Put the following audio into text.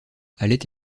allait